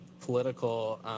political